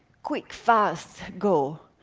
quick fast go,